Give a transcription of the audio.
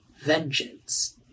vengeance